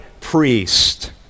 priest